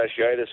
fasciitis